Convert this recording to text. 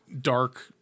dark